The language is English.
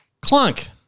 clunk